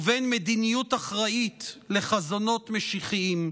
ובין מדיניות אחראית לחזונות משיחיים.